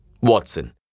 Watson